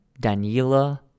Daniela